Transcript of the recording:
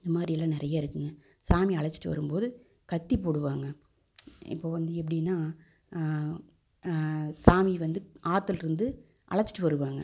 இது மாதிரி எல்லாம் நிறைய இருக்குங்க சாமி அழைச்சிட்டு வரும்போது கத்தி போடுவாங்க இப்போ வந்து எப்படின்னா சாமி வந்து ஆற்றுல்ருந்து அழைச்சிட்டு வருவாங்க